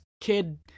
kid